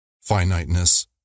finiteness